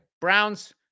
Browns